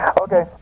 Okay